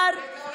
בשבילנו,